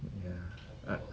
ya ah